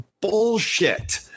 bullshit